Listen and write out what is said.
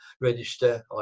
register